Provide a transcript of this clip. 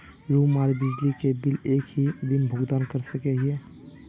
Room आर बिजली के बिल एक हि दिन भुगतान कर सके है?